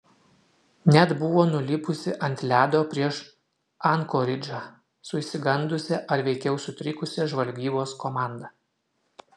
net buvo nulipusi ant ledo prieš ankoridžą su išsigandusia ar veikiau sutrikusia žvalgybos komanda